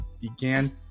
began